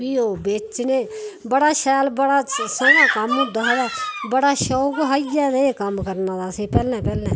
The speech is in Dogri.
फ्ही ओह् बेचने बड़ा शैल बड़ा सोहना कम्म होंदा हा ते बड़ा शौक हा इयै ते कम्म करने दा असें गी पैहलैं पैहलैं